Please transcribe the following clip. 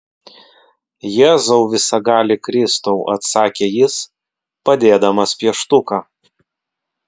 jėzau visagali kristau atsakė jis padėdamas pieštuką